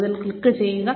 ഇതിൽ ക്ലിക്ക് ചെയ്യുക